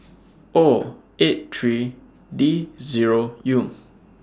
O eight three D Zero U